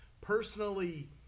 personally